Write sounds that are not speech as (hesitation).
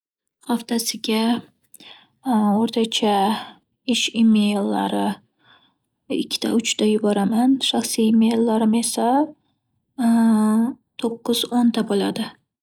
Haftasiga (hesitation) o'rtacha ish e-maillari ikkita-uchta yuboraman, (hesitation) shaxsiy e-maillarim esa to'qqiz-o'nta bo'ladi.